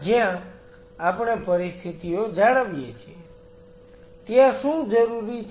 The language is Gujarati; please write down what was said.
જ્યાં આપણે પરિસ્થિતિઓ જાળવીએ છીએ ત્યાં શું જરૂરી છે